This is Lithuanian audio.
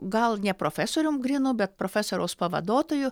gal ne profesorium grynu bet profesoriaus pavaduotoju